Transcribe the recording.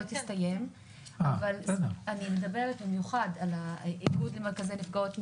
אני מדברת במיוחד על האיגוד למרכזי נפגעות מין.